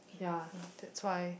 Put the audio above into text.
ya that's why